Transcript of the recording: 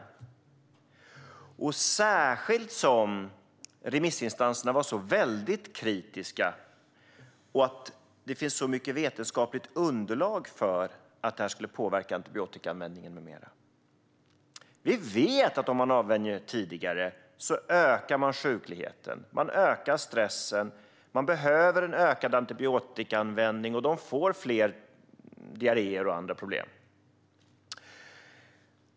Detta hoppas jag särskilt med tanke på att remissinstanserna var väldigt kritiska och det finns så mycket vetenskapligt underlag för att det här skulle påverka antibiotikaanvändningen med mera. Vi vet att om man avvänjer tidigare ökar man sjukligheten och stressen. Då behövs ökad antibiotikaanvändning, vilket gör att djuren drabbas mer av diarréer och andra problem.